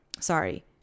sorry